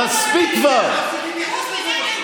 חוץ ממני אין פה אף אחד?